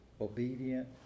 obedient